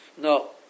no